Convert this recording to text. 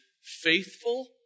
faithful